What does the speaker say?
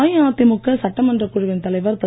அஇஅதிமுக சட்டமன்றக் குழுவின் தலைவர் திரு